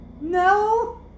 No